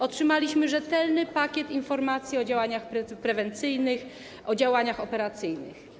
Otrzymaliśmy rzetelny pakiet informacji o działaniach prewencyjnych, o działaniach operacyjnych.